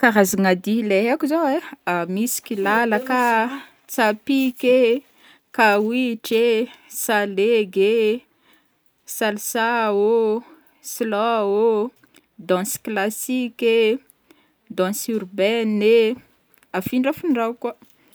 Karazagna dihy leha haiko zao ai: misy kilalaka a, tsapiky ee, kawitry ee, salegy ee, salsa ô, slow ô, danse classique e, danse urbaine e, afindrafindrao koa.